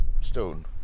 stone